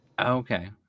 Okay